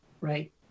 right